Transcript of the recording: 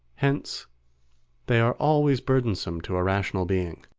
hence they are always burdensome to a rational being,